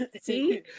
See